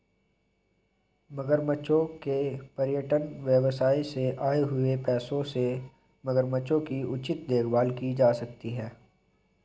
मगरमच्छों के पर्यटन व्यवसाय से आए हुए पैसों से मगरमच्छों की उचित देखभाल की जा सकती है